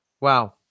Wow